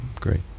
great